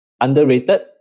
underrated